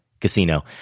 Casino